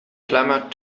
clamored